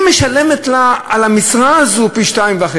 היא משלמת לה על המשרה הזאת פי-2.5.